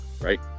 right